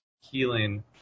healing